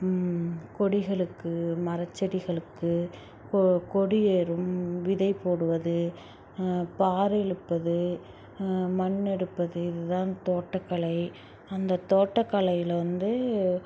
கொடிகளுக்கு மரச்செடிகளுக்கு கொ கொடியேறும் விதை போடுவது பாரு இழுப்பது மண் எடுப்பது இது தான் தோட்டக்கலை அந்த தோட்டக்கலையில் வந்து